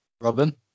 Robin